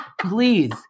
Please